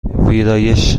ویرایش